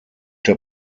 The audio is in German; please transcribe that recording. der